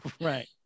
Right